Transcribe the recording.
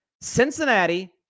Cincinnati